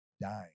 dying